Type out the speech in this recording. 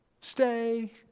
Stay